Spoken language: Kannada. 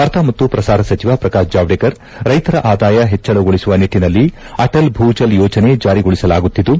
ವಾರ್ತಾ ಮತ್ತು ಪ್ರಸಾರ ಸಚಿವ ಪ್ರಕಾಶ್ ಜಾವಡೇಕರ್ ರೈತರ ಆದಾಯ ಹೆಚ್ಚಳಗೊಳಿಸುವ ನಿಟ್ಟನಲ್ಲಿ ಅಟಲ್ ಭೂ ಜಲ್ ಯೋಜನೆ ಜಾರಿಗೊಳಿಸಲಾಗುತ್ತಿದ್ದು